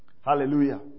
Hallelujah